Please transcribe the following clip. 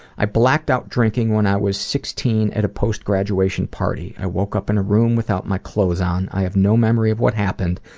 i blacked out drinking when i was sixteen at a post-graduation party. i woke up in a room without my clothes on. i have no memory of what happened,